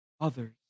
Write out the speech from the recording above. others